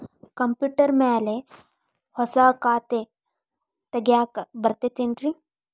Computer ಮ್ಯಾಲೆ ಹೊಸಾ ಖಾತೆ ತಗ್ಯಾಕ್ ಬರತೈತಿ ಏನ್ರಿ?